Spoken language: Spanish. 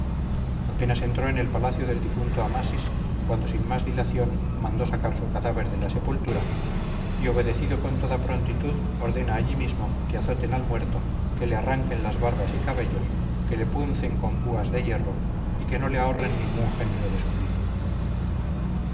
apenas entró en el palacio del difunto amasis cuando sin más dilación mandó sacar su cadáver de la sepultura y obedecido con toda prontitud ordena allí mismo que azoten al muerto que le arranquen las barbas y cabellos que le puncen con púas de hierro y que no le ahorren ningún género de suplicio